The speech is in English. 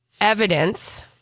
evidence